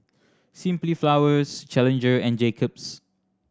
Simply Flowers Challenger and Jacob's